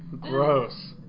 Gross